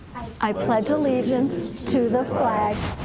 i pledge allegiance to the flag,